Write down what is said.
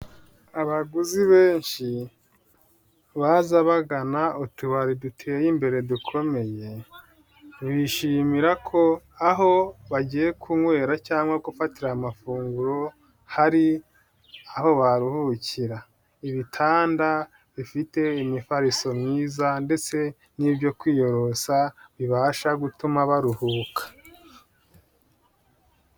Abaguzi benshi, baza bagana utubari duteye imbere dukomeye, bishimira ko aho bagiye kunywera cyangwa gufatira amafunguro, hari aho baruhukira, ibitanda bifite imifariso myiza ndetse n'ibyo kwiyorosa bibasha gutuma baruhuka.